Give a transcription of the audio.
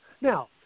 Now